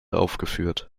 aufgeführt